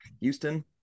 Houston